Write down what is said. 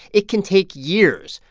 it can take years.